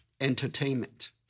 Entertainment